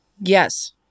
yes